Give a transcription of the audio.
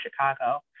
Chicago